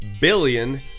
billion